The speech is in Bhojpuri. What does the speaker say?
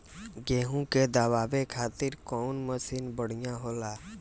गेहूँ के दवावे खातिर कउन मशीन बढ़िया होला?